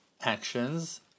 actions